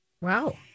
Wow